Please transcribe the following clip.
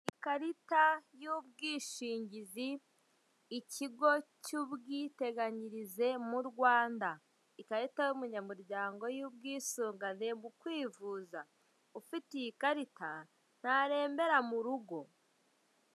Ikarita y'ubwishingizi. Ikigo cy'ubwiteganyirize mu Rwanda .ikarita y'umunyamuryango y'ubwisungane mu kwivuza, ufite iyi karita ntarebera mu rugo.